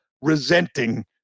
resenting